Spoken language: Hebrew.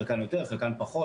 חלקן יותר חלקן פחות,